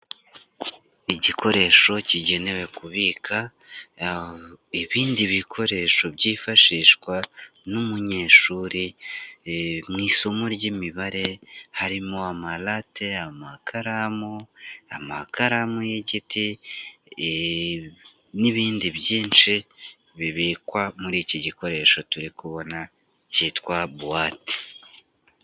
Igikoresho kigenewe kubika ibindi bikoresho byifashishwa n'umunyeshuri mu isomo ry'imibare harimo amarate, amakaramu, amakaramu y'igiti n'ibindi byinshi bibikwa muri iki gikoresho turi kubona cyitwa bowate.